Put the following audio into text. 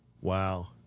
Wow